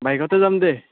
বাইকতে যাম দে